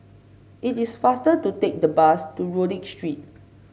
it is faster to take the bus to Rodyk Street